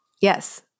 Yes